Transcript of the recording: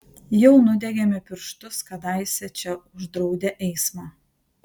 jau nudegėme pirštus kadaise čia uždraudę eismą